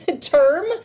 term